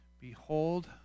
Behold